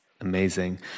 Amazing